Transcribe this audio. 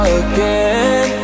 again